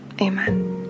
Amen